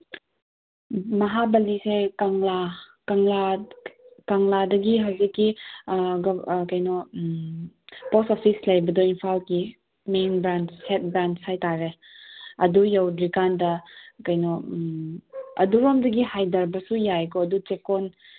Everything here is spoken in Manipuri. ꯃꯍꯥꯕꯂꯤꯁꯦ ꯀꯪꯂꯥ ꯀꯪꯂꯥ ꯀꯪꯂꯥꯗꯒꯤ ꯍꯧꯖꯤꯛꯀꯤ ꯀꯩꯅꯣ ꯄꯣꯁ ꯑꯣꯐꯤꯁ ꯂꯩꯕꯗꯣ ꯏꯝꯐꯥꯜꯒꯤ ꯃꯦꯟ ꯕ꯭ꯔꯥꯟꯁ ꯍꯦꯠ ꯕ꯭ꯔꯥꯟꯁ ꯍꯥꯏ ꯇꯥꯔꯦ ꯑꯗꯨ ꯌꯧꯗ꯭ꯔꯤꯀꯥꯟꯗ ꯀꯩꯅꯣ ꯑꯗꯨꯔꯣꯝꯗꯒꯤ ꯍꯥꯏꯊꯕꯁꯨ ꯌꯥꯏꯀꯣ ꯑꯗꯨ ꯆꯦꯀꯣꯟ